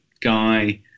guy